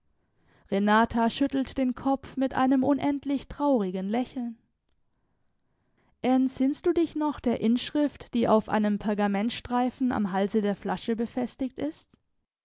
renata schüttelt den kopf mit einem unendlich traurigen lächeln entsinnst du dich noch der inschrift die auf einem pergamentstreifen am halse der flasche befestigt ist